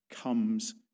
comes